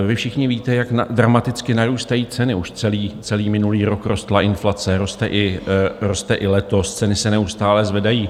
Vy všichni víte, jak dramaticky narůstají ceny, už celý minulý rok rostla inflace, roste i letos, ceny se neustále zvedají.